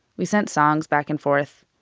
we sent songs back and forth.